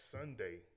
Sunday